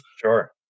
sure